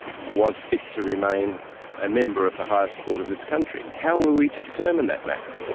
was fit to remain a member of the highest court of this country. how were we to determine that matter?